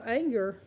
anger